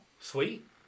sweet